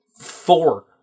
four